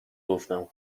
گفتم